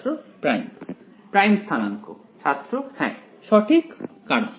ছাত্র prime prime স্থানাঙ্ক ছাত্র হ্যাঁ সঠিক কারণ